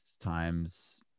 times